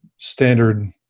Standard